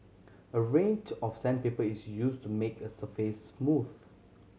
a range of sandpaper is use to make a surface smooth